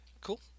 Cool